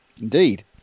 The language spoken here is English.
Indeed